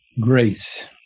grace